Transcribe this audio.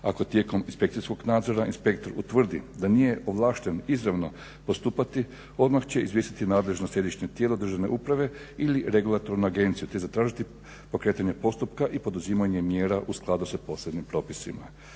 Ako tijekom inspekcijskog nadzora inspektor utvrdi da nije ovlašten izravno postupati odmah će izvijestiti nadležno Središnje tijelo državne uprave ili regulatornu agenciju, te zatražiti pokretanje postupka i poduzimanje mjera u skladu sa posebnim propisima.